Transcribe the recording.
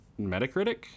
Metacritic